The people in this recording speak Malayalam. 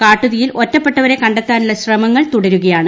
കാട്ടുതീയിൽ ഒറ്റപ്പെട്ടവരെ കണ്ടെത്താനുള്ള ശ്രമങ്ങൾ തുടരുകയാണ്